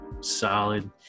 solid